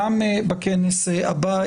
גם בכנס הבא.